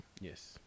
Yes